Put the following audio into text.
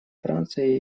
франции